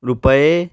ਰੁਪਏ